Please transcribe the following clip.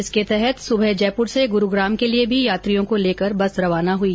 इसके तहत सुबह जयपुर से गुरुग्राम के लिए भी यात्रियों को लेकर बस रवाना हुई